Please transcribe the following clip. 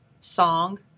song